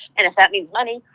and if that means money,